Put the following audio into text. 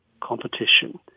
competition